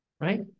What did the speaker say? right